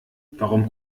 warum